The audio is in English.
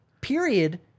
period